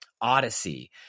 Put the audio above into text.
Odyssey